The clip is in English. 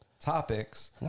Topics